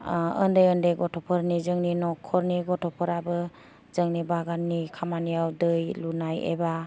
उन्दै उन्दै गथ'फोरनि जोंनि नखरनि गथ'फोराबो जोंनि बागाननि खामानियाव दै लुनाय एबा